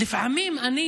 לפעמים אני